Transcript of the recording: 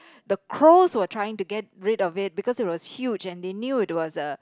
the crows were trying to get rid of it because it was huge and they knew it was a